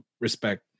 respect